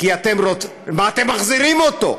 מה אתם מחזירים אותו?